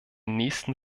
nächsten